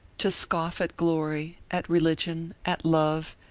to scoff at glory, at religion, at love,